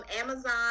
Amazon